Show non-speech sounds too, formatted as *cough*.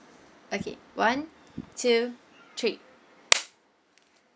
okay one two three *noise*